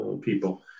people